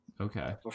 okay